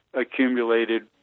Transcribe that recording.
accumulated